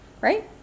Right